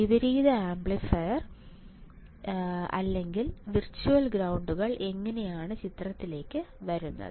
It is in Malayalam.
വിപരീത ആംപ്ലിഫയർ പ്രവർത്തിക്കുന്നു അല്ലെങ്കിൽ വെർച്വൽ ഗ്രൌണ്ടുകൾ എങ്ങനെയാണ് ചിത്രത്തിലേക്ക് വരുന്നത്